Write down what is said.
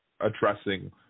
addressing